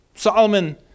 Solomon